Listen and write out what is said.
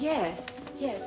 yes yes